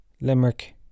Limerick